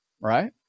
right